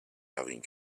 having